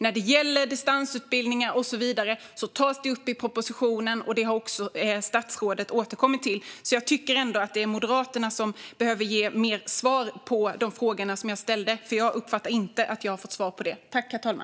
När det gäller distansutbildningar och så vidare tas det upp i propositionen. Det har statsrådet också återkommit till. Jag tycker att det är Moderaterna som behöver ge mer svar på de frågor som jag ställde. Jag uppfattade inte att jag fick några svar.